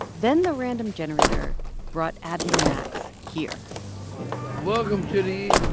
then the random generator brought abby and max here welcome to the